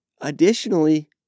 Additionally